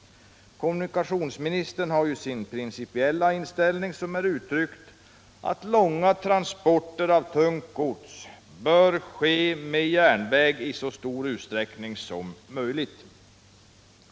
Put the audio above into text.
Kommunikationsministern har ju sin principiella inställning, som är att ”långa transporter av tungt gods bör ske med järnväg i så stor utsträckning som möjligt”.